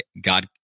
God